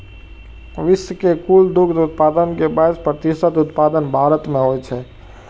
विश्व के कुल दुग्ध उत्पादन के बाइस प्रतिशत उत्पादन भारत मे होइ छै